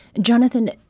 Jonathan